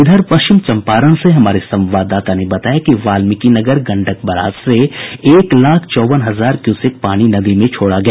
इधर पश्चिम चंपारण से हमारे संवादददाता ने बताया कि वाल्मिकी नगर गंडक बराज से एक लाख चौवन हजार क्यूसेक पानी नदी में छोड़ा गया